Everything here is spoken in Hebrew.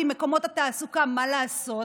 כי מקומות תעסוקה, מה לעשות,